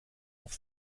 auf